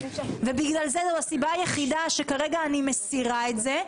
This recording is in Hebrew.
וזו הסיבה היחידה שכרגע אני מסירה את זה.